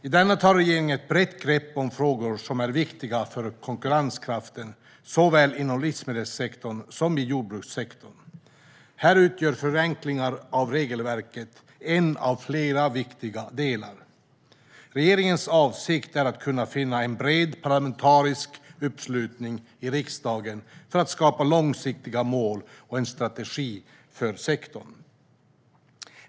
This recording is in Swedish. I denna tar regeringen ett brett grepp om frågor som är viktiga för konkurrenskraften såväl i livsmedelssektorn som i jordbrukssektorn. Här utgör förenkling av regelverk en av flera viktiga delar. Regeringens avsikt är att kunna finna en bred parlamentarisk uppslutning i riksdagen för att skapa långsiktiga mål och en strategi för sektorn.